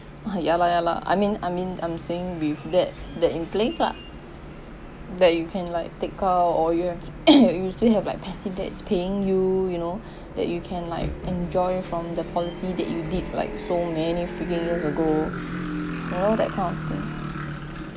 ya lah ya lah I mean I mean I'm saying with that that in place lah that you can like take out or you have you usually have like passive debts paying you you know that you can like enjoy from the policy that you did like so many freaking years ago you know that kind of thing